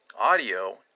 audio